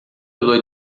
lua